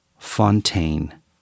fontaine